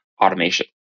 automation